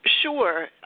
Sure